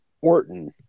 Orton